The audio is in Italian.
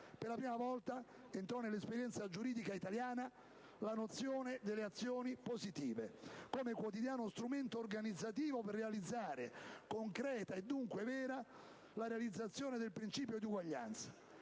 Per la prima volta entrò nell'esperienza giuridica italiana la nozione delle azioni positive come quotidiano strumento organizzativo, per rendere concreta, e dunque vera, la realizzazione del principio di uguaglianza.